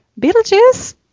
Beetlejuice